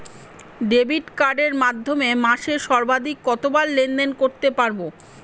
Debit কার্ডের মাধ্যমে মাসে সর্বাধিক কতবার লেনদেন করতে পারবো?